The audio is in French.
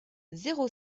zéro